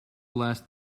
last